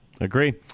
Agree